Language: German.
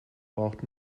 braucht